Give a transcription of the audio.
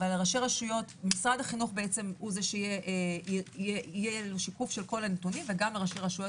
אבל למשרד החינוך יהיה וגם ראשי רשויות,